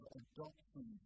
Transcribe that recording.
adoption